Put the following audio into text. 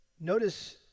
notice